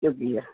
شکریہ